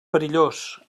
perillós